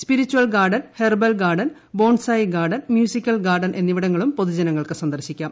spiritual garden herbal garden bonsai garden musical garden എന്നിവിട ങ്ങളും പൊതുജനങ്ങൾക്ക് സന്ദർശിക്കാം